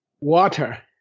water